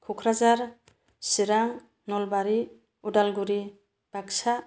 Kokrajhar Chirang Nalbari Udalguri Baksa